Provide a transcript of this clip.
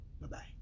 Bye-bye